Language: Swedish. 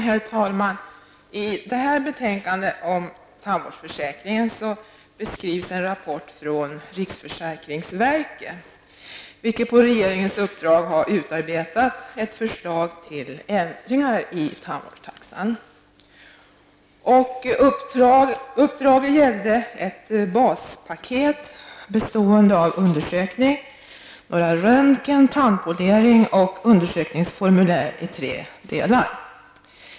Herr talman! I det här betänkandet om tandvårdsförsäkringen beskrivs en rapport från riksförsäkringsverket, vilket på regeringens uppdrag har utarbetat ett förslag till ändringar i tandvårdstaxan. Uppdraget gällde ett baspaket, bestående av undersökning, några röntgen, tandpolering och undersökningsformulär i tre delar.